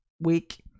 week